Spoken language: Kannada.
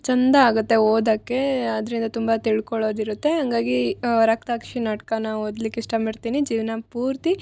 ಚಂದ ಆಗುತ್ತೆ ಓದಕ್ಕೆ ಅದರಿಂದ ತುಂಬ ತಿಳ್ಕೊಳ್ಳೋದು ಇರುತ್ತೆ ಹಾಗಾಗಿ ರಕ್ತಾಕ್ಷಿ ನಾಟಕ ನಾ ಓದ್ಲಿಕ್ಕೆ ಇಷ್ಟ ಪಡ್ತೀನಿ ಜೀವನ ಪೂರ್ತಿ